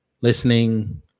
listening